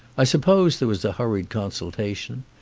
i suppose there was a hurried consultation.